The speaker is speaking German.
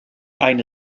eine